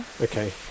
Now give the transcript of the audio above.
Okay